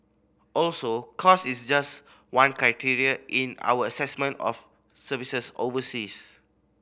also cost is just one criteria in our assessment of services overseas